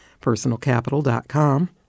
personalcapital.com